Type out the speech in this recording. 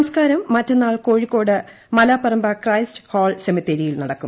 സംസ്കാരം മറ്റന്നാൾ Kozhikode Malaparamba Christ Hall സെമിത്തേരിയിൽ നടക്കും